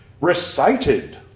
Recited